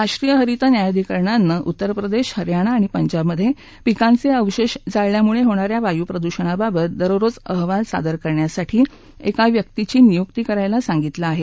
राष्ट्रीय हरित न्यायाधिकरणाने उत्तर प्रदेश हरियाणा आणि पंजाबमध्ये पिकांचे अवशेष जाळल्यामुळे होणाऱ्या वायू प्रदूषणाबाबत दररोज अहवाल सादर करण्यासाठी एका व्यक्तीची नियुकी करायला सांगितलं आहे